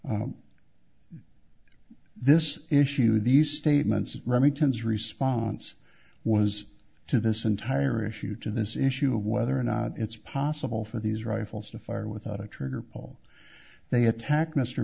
this issue these statements remington's response was to this entire issue to this issue of whether or not it's possible for these rifles to fire without a trigger pull they attack mr